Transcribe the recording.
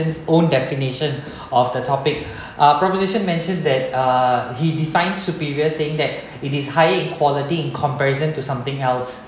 his own definition of the topic uh preposition mentioned that uh he defined superior saying that it is higher quality in comparison to something else